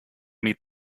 meet